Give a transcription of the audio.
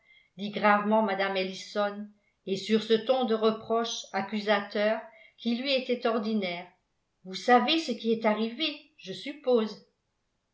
dit gravement mme ellison et sur ce ton de reproche accusateur qui lui était ordinaire vous savez ce qui est arrivé je suppose